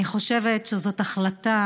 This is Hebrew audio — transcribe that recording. אני חושבת שזאת החלטה